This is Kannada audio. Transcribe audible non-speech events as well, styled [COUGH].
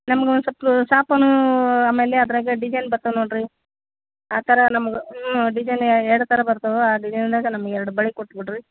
ನಮ್ಗೆ ಒನ್ ಸೊಪ್ಪು [UNINTELLIGIBLE] ಆಮೇಲೆ ಅದಾಗ ಡಿಜೈಲ್ ಬರ್ತಾವ ನೊಡಿರಿ ಆ ಥರ ನಮ್ಗೆ ಡಿಜೈನ್ ಎಯ್ಡ್ ಥರ ಬರ್ತಾವೆ ಆ ಡಿಜೈನ್ದಾಗ ನಮ್ಗೆ ಎರ್ಡು ಬಳೆ ಕೊಟ್ಬಿಡ್ರಿ